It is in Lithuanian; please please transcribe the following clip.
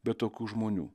be tokių žmonių